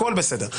הכול בסדר.